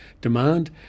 demand